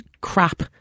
crap